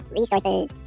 resources